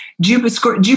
jupiter